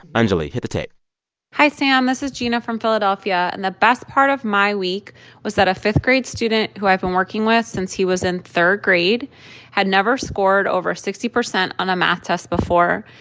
anjuli, hit the tape hi, sam. this is gina from philadelphia. and the best part of my week was that a fifth-grade student who i've been working with since he was in third grade had never scored over sixty percent on a math test before.